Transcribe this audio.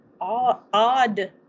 odd